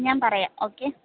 ഞാൻ പറയാം ഓക്കെ